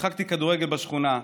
שיחקתי כדורגל בשכונה,